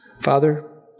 Father